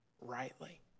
rightly